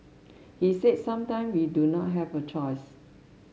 he said sometime we do not have a choice